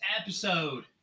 episode